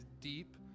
deep